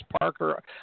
Parker